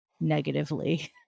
negatively